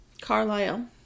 Carlisle